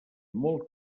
molt